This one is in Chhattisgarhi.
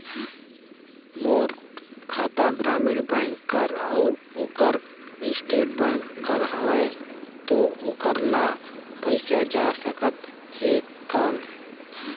मोर खाता ग्रामीण बैंक कर अउ ओकर स्टेट बैंक कर हावेय तो ओकर ला पइसा जा सकत हे कौन?